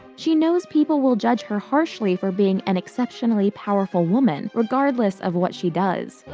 she knows people will judge her harshly for being an exceptionally powerful woman, regardless of what she does.